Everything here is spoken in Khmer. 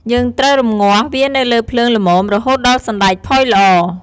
យើងត្រូវរំងាស់វានៅលើភ្លើងល្មមៗ រហូតដល់សណ្ដែកផុយល្អ។